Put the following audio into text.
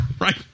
Right